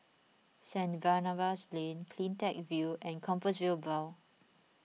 Saint Barnabas Lane CleanTech View and Compassvale Bow